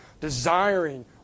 desiring